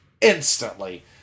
instantly